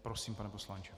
Prosím, pane poslanče.